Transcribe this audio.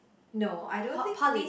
no I don't think we